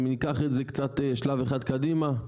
אם ניקח את זה קצת שלב אחד קדימה,